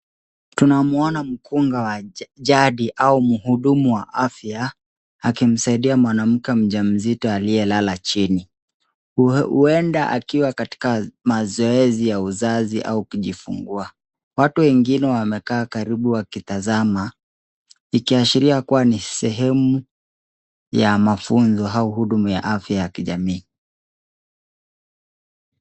Tunamwona mkunga wa jadi au mhudumu wa afya akimsaidia mwanamke mja mzito aliyelala chini , huenda akiwa katika mazoezi ya uzazi au kujifungua , watu wengine wamekaa karibu wakitazama ikiashiria kuwa ni sehemu ya mafunzo au huduma ya afya ya kijamii.